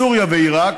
סוריה ועיראק,